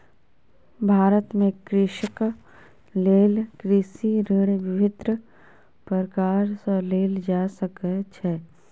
भारत में कृषकक लेल कृषि ऋण विभिन्न प्रकार सॅ लेल जा सकै छै